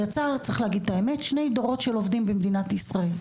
שינוי שיצר שני דורות של עובדים במדינת ישראל.